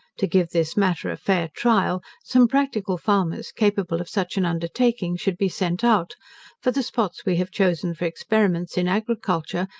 to give this matter a fair trial, some practical farmers capable of such an undertaking should be sent out for the spots we have chosen for experiments in agriculture,